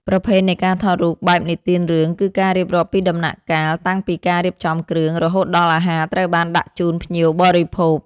ប្រភេទនៃការថតរូបបែបនិទានរឿង គឺការរៀបរាប់ពីដំណាក់កាលតាំងពីការរៀបចំគ្រឿង រហូតដល់អាហារត្រូវបានដាក់ជូនភ្ញៀវបរិភោគ។